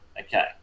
Okay